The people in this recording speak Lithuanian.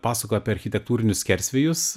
pasakoja apie architektūrinius skersvėjus